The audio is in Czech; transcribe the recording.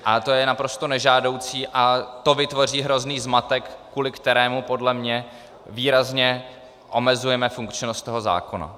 A to je naprosto nežádoucí a to vytvoří hrozný zmatek, kvůli kterému podle mě výrazně omezujeme funkčnost toho zákona.